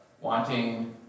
Wanting